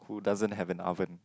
who doesn't have an oven